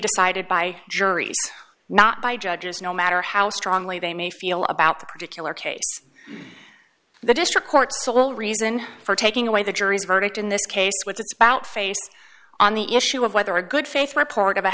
decided by juries not by judges no matter how strongly they may feel about the particular case the district court sole reason for taking away the jury's verdict in this case which it's about face on the issue of whether a good faith report